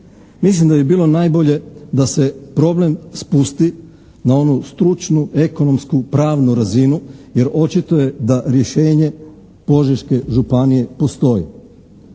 Mislim da bi bilo najbolje da se problem spusti na onu stručnu ekonomsku, pravnu razinu jer očito je da rješenje Požeške županije postoji.